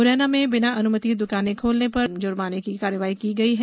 मुरैना में बिना अनुमति दुकाने खोलने पर जुर्माने की कार्यवाही की गई है